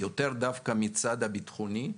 יותר דווקא מהצד הביטחוני,